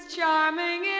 Charming